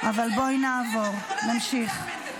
אבל בואי נעבור, נמשיך.